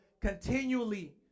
continually